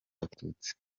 abatutsi